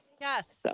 Yes